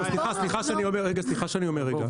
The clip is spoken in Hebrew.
סליחה, סליחה, רגע, סליחה שאני אומר רגע.